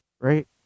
right